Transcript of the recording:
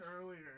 earlier